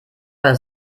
bei